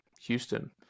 Houston